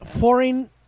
foreign